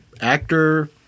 actor